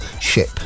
ship